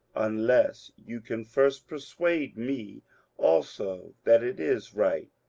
unless you can first persuade me also that it is right.